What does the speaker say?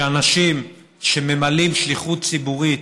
שאנשים שממלאים שליחות ציבורית